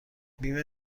بیمه